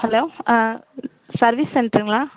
hello service சென்ட்ருங்களா